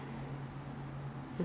but 我会 I feel I feel